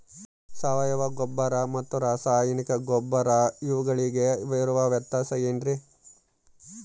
ಸಾವಯವ ಗೊಬ್ಬರ ಮತ್ತು ರಾಸಾಯನಿಕ ಗೊಬ್ಬರ ಇವುಗಳಿಗೆ ಇರುವ ವ್ಯತ್ಯಾಸ ಏನ್ರಿ?